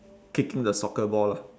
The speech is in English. kicking the soccer ball lah